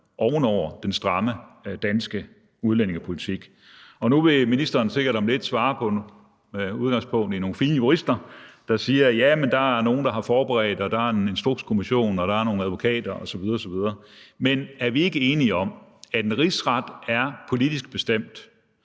over den stramme danske udlændingepolitik. Nu vil ministeren sikkert om lidt svare med udgangspunkt i, at nogle fine jurister siger, at der er nogle, der har forberedt det, og at der er en instrukskommission og nogle advokater osv. osv. Men er vi ikke enige om, at en rigsretssag er politisk bestemt?